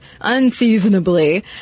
unseasonably